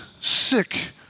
sick